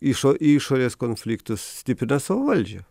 išo išorės konfliktus stiprina savo valdžią